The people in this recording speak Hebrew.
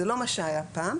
זה לא מה שהיה פעם,